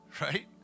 right